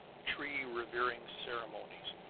tree-revering ceremonies,